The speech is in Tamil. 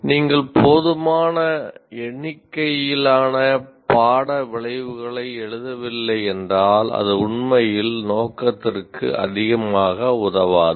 நீங்கள் போதுமான எண்ணிக்கையிலான பாட விளைவுகளை எழுதவில்லை என்றால் அது உண்மையில் நோக்கத்திற்கு அதிகமாக உதவாது